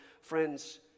Friends